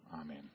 Amen